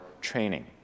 training